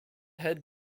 head